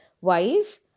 wife